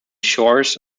shores